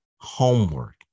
homework